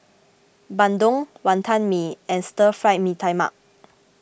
Bandung Wantan Mee and Stir Fried Mee Tai Mak